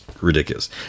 ridiculous